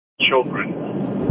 children